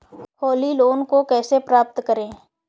Holi loan को कैसे प्राप्त करें?